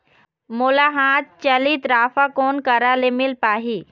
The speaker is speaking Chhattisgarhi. मोला हाथ चलित राफा कोन करा ले मिल पाही?